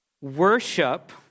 worship